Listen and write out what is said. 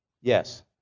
Yes